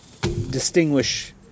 distinguish